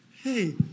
Hey